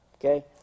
okay